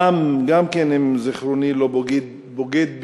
פעם, אם זיכרוני לא בוגד בי,